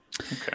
Okay